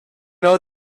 know